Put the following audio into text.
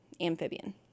amphibian